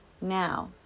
Now